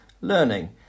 learning